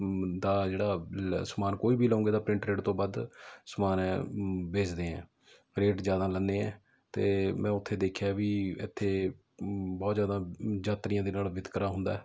ਦਾ ਜਿਹੜਾ ਲ ਸਮਾਨ ਕੋਈ ਵੀ ਲਉਂਗੇ ਤਾਂ ਪ੍ਰਿੰਟ ਰੇਟ ਤੋਂ ਵੱਧ ਸਮਾਨ ਹੈ ਵੇਚਦੇ ਹੈ ਰੇਟ ਜ਼ਿਆਦਾ ਲੈਂਦੇ ਹੈ ਅਤੇ ਮੈਂ ਉੱਥੇ ਦੇਖਿਆ ਵੀ ਇੱਥੇ ਬਹੁਤ ਜ਼ਿਆਦਾ ਯਾਤਰੀਆਂ ਦੇ ਨਾਲ ਵਿਤਕਰਾ ਹੁੰਦਾ